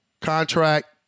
Contract